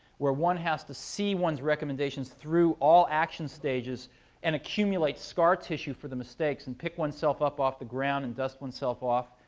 where one has to see one's recommendations through all action stages and accumulate scar tissue for the mistakes and pick oneself up off the ground and dust oneself off,